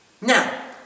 Now